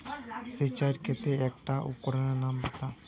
सिंचाईर केते एकटा उपकरनेर नाम बता?